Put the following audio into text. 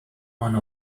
one